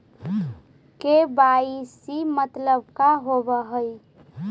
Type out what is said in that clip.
KYC मतलब का होव हइ?